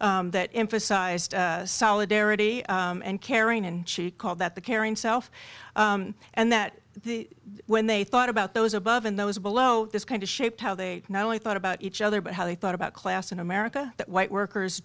that emphasized solidarity and caring and she called that the caring self and that when they thought about those above and those below this kind of shaped how they not only thought about each other but how they thought about class in america that white workers